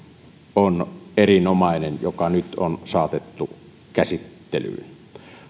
on erinomainen joka nyt on saatettu käsittelyyn